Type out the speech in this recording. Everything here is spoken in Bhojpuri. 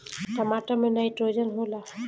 टमाटर मे नाइट्रोजन होला?